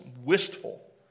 wistful